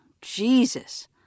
Jesus